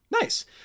Nice